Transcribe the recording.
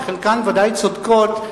שחלקן ודאי צודקות,